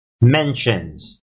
mentions